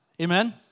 Amen